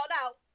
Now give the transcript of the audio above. out